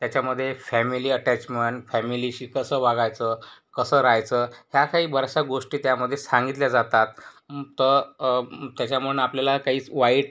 त्याच्यामधे family attachment फॅमिलीशी कसं वागायचं कसं राहायचं ह्या काही बऱ्याचशा गोष्टी त्यामध्ये सांगितल्या जातात तर अ त्याच्यामुळं आपल्याला काहीच वाईट